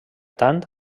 tant